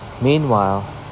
Meanwhile